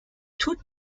tut